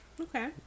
Okay